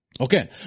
Okay